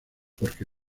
porque